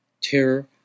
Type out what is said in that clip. terror